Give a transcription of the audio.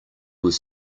was